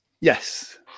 Yes